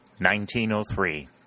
1903